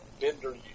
Bender